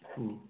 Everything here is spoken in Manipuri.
ꯎꯝ